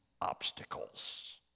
obstacles